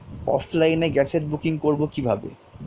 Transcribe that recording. অফলাইনে গ্যাসের বুকিং করব কিভাবে?